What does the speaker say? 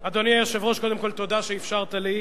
אדוני היושב-ראש, קודם כול, תודה שאפשרת לי.